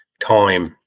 time